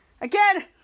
Again